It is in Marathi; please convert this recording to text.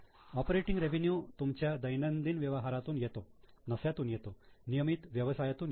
ऑपरेटिंग रेवेन्यू तुमच्या दैनंदिन व्यवहारातून येतो नफ्यातून येतो नियमित व्यवसायातून येतो